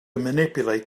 manipulate